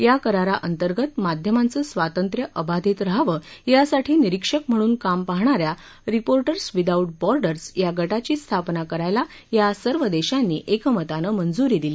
या कराअंतर्गत माध्यमांचं स्वांतत्र्य अबाधित राहावं यासाठी निरीक्षक म्हणून काम पाहणाऱ्या रिपोर्टर्स विदाऊट बॉर्डर्स या गटाची स्थापना करायला या सर्व दक्षानी एकमतानं मंजुरी दिली